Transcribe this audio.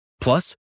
Plus